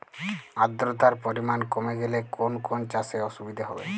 আদ্রতার পরিমাণ কমে গেলে কোন কোন চাষে অসুবিধে হবে?